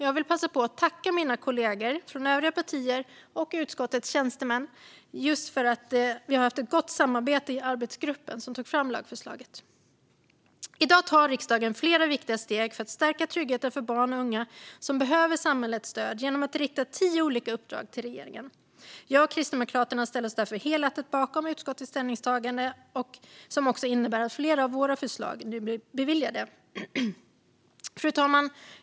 Jag vill passa på att tacka mina kollegor från övriga partier och utskottets tjänstemän för att vi har haft ett gott samarbete i arbetsgruppen som tog fram lagförslaget. I dag tar riksdagen flera viktiga steg för att stärka tryggheten för barn och unga som behöver samhällets stöd genom att rikta tio olika uppdrag till regeringen. Jag och Kristdemokraterna ställer oss därför helhjärtat bakom utskottets ställningstagande, som också innebär att flera av våra förslag nu blir beviljade. Fru talman!